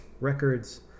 records